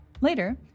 Later